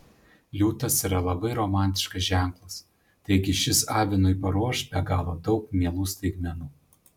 liūtas yra labai romantiškas ženklas taigi šis avinui paruoš be galo daug mielų staigmenų